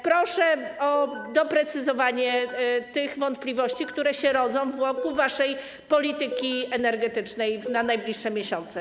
Proszę o doprecyzowanie tych wątpliwości, które rodzą się wokół waszej polityki energetycznej na najbliższe miesiące.